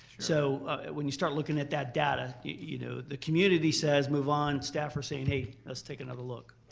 so when you start looking at that data, you know, the community says move on. staff are saying hey, let's take another look.